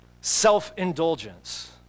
self-indulgence